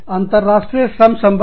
अंतरराष्ट्रीय श्रम संबंध